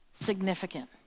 significant